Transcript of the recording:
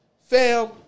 fam